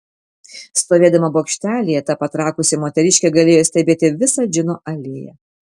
stovėdama bokštelyje ta patrakusi moteriškė galėjo stebėti visą džino alėją